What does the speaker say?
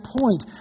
point